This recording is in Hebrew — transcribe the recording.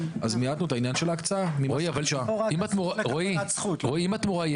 רואי, אם התמורה היא